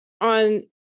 on